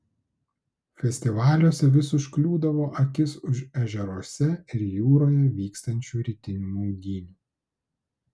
festivaliuose vis užkliūdavo akis už ežeruose ir jūroje vykstančių rytinių maudynių